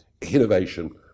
innovation